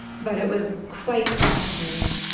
but it was quite fascinating.